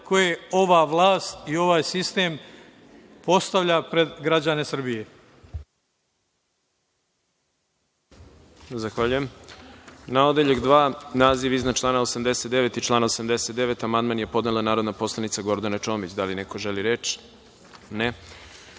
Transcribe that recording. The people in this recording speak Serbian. koje ova vlast i ovaj sistem postavlja pred građane Srbije.